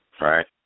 Right